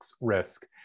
risk